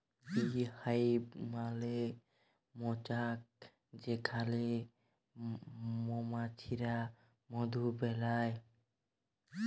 bee hive মালে মচাক যেখালে মমাছিরা মধু বেলায়